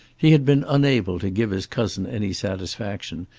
he had been unable to give his cousin any satisfaction,